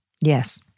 Yes